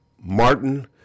Martin